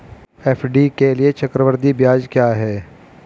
FD के लिए चक्रवृद्धि ब्याज क्या है?